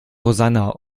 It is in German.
rosanna